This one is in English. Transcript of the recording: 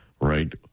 right